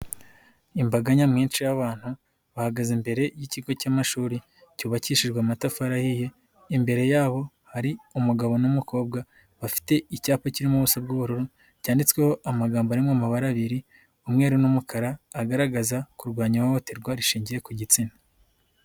Imbaga nyamwinshi y'abantu bahagaze imbere y'ikigo cy'amashuri cyubakishijwe amatafari ahiye, imbere yabo hari umugabo n'umukobwa bafite icyapa kirimo ubuso bw'ubururu cyanditsweho amagambo ari mu mabara abiri umweru n'umukara agaragaza kurwanya ihohoterwa rishingiye ku gitsina.